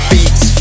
Beats